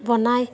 বনায়